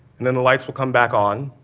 and then the lights will come back on,